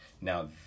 Now